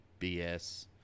BS